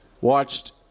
watched